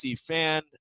fan